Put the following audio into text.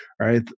right